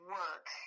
work